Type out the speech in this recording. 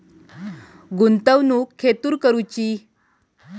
गुंतवणुक खेतुर करूची?